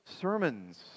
sermons